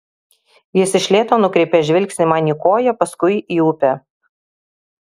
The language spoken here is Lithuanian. jis iš lėto nukreipia žvilgsnį man į koją paskui į upę